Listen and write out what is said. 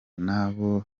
nabo